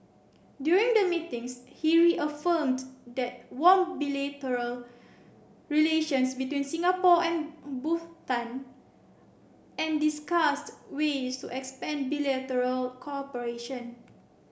during the meetings he reaffirmed the warm bilateral relations between Singapore and Bhutan and discussed ways to expand bilateral cooperation